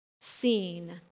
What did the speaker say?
seen